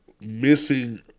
missing